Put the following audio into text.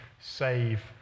save